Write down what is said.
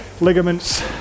ligaments